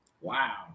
Wow